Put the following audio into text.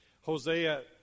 Hosea